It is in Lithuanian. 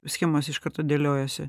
schemos iš karto dėliojasi